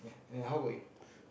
and how about you